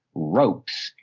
ropes,